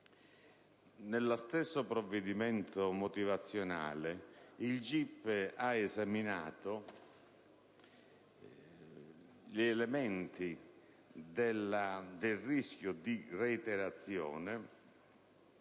Nello stesso provvedimento motivazionale, il GIP ha esaminato gli elementi relativi al rischio di reiterazione,